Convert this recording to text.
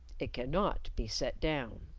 it cannot be set down.